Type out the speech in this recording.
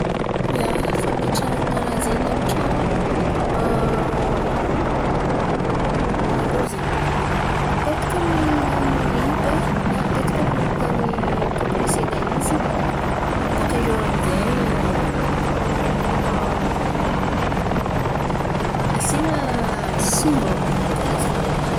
Ia, fametrahan̈a raha zen̈y amy tran̈o, karakôry zen̈y? Apetaka amin'ny riba na apetaka amin'ny tany tokony asian̈a izy bòka iô aminjay asian̈a siman. Karà zen̈y.